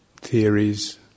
theories